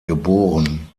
geboren